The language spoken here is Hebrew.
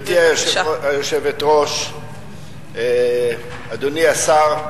גברתי היושבת-ראש, אדוני השר,